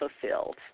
fulfilled